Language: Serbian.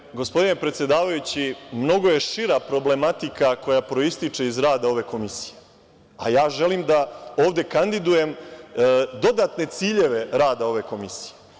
Dakle, gospodine predsedavajući, mnogo je šira problematika koja proističe iz rada ove komisije, a ja želim da ovde kandidujem dodatne ciljeve rada ove komisije.